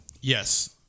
Yes